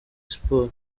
siporo